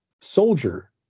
soldier